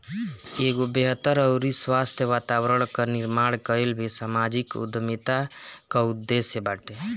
एगो बेहतर अउरी स्वस्थ्य वातावरण कअ निर्माण कईल भी समाजिक उद्यमिता कअ उद्देश्य बाटे